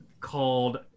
called